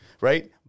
Right